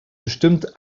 bestimmt